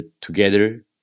together